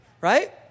Right